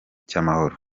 cy’amahoro